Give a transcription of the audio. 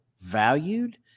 valued